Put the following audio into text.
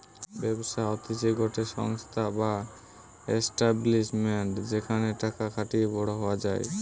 ব্যবসা হতিছে গটে সংস্থা বা এস্টাব্লিশমেন্ট যেখানে টাকা খাটিয়ে বড়ো হওয়া যায়